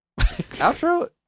Outro